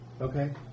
Okay